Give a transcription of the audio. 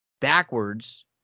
backwards